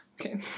Okay